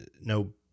no